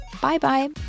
Bye-bye